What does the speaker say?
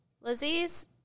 Lizzie's